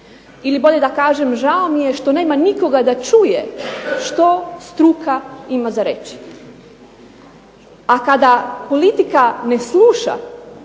ili bolje da kažem žao mi je što nema nikoga da čuje što struka ima za reći. Ali kada politika ne sluša